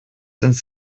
ins